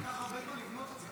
לקח הרבה זמן לבנות את זה,